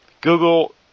Google